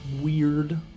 weird